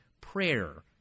prayer